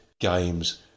games